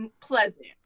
pleasant